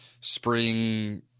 spring